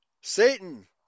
Satan